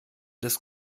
des